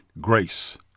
grace